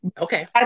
okay